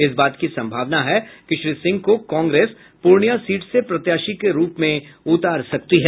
इस बात की सम्भावना है कि श्री सिंह को कांग्रेस पूर्णियां सीट से प्रत्याशी के रूप में उतार सकती है